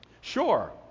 Sure